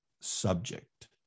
subject